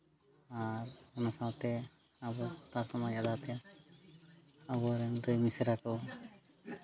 ᱟᱨ ᱚᱱᱟ ᱥᱟᱶᱛᱮ ᱟᱵᱚ ᱟᱵᱚᱨᱮᱱ ᱫᱟᱹᱭ ᱢᱤᱥᱨᱟ ᱠᱚ